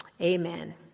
amen